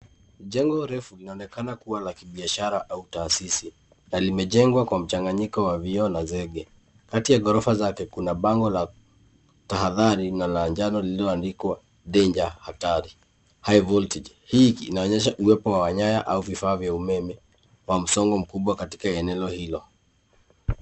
Jengo refu linaonekana kuwa la kibiashara au taasisi na limejengwa kwa mchanganyiko wa vioo na zege. Kati ya ghorofa zake kuna bango la tahadhari na la njano lililoandikwa danger , hatari high voltage . Hii inaonyesha uwepo wa nyaya au vifaa vya umeme wa msongo mkubwa katika eneo hilo.